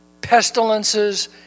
pestilences